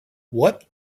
what